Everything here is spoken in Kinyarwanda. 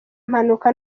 impanuka